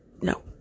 no